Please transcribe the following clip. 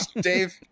Dave